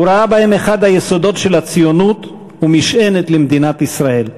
הוא ראה בהם אחד היסודות של הציונות ומשענת למדינת ישראל.